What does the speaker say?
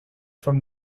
from